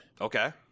Okay